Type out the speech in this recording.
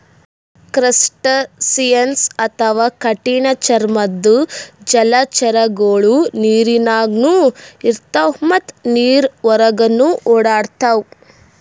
crustaceans ಅಥವಾ ಕಠಿಣ್ ಚರ್ಮದ್ದ್ ಜಲಚರಗೊಳು ನೀರಿನಾಗ್ನು ಇರ್ತವ್ ಮತ್ತ್ ನೀರ್ ಹೊರಗನ್ನು ಓಡಾಡ್ತವಾ